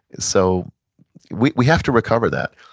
so we we have to recover that,